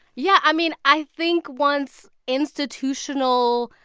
yeah, i mean, i think once institutional,